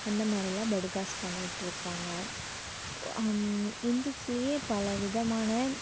அந்த மாதிரிலாம் படுகாஸ் பண்ணிட்டு இருக்காங்க இந்துஸ்லயே பலவிதமான